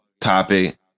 topic